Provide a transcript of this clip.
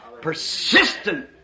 Persistent